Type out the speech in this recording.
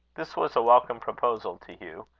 this was a welcome proposal to hugh.